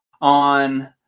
on